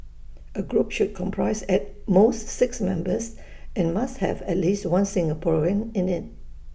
A group should comprise at most six members and must have at least one Singaporean in IT